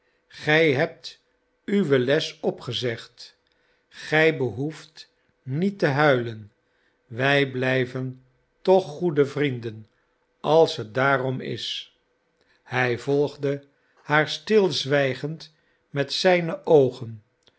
gij hebt uwe les opgezegd gij behoeft niet te huilen wij blijven toch goede vrienden als het daarom is hij volgde haar stilzwijgend met zijne oogen